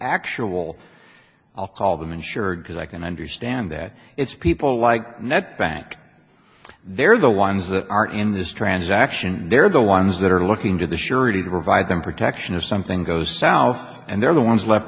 actual i'll call them insured because i can understand that it's people like net bank they're the ones that are in this transaction and they're the ones that are looking to the surety to provide them protection if something goes south and they're the ones left